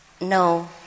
no